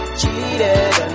cheated